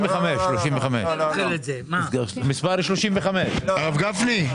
35%. הרב גפני,